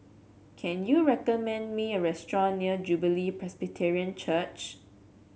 can you recommend me a restaurant near Jubilee Presbyterian Church